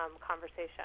conversation